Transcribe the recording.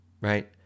right